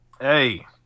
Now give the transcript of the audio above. Hey